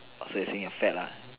so you're saying you're fat